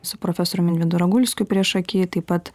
su profesoriumi vidu ragulskiu priešaky taip pat